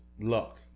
luck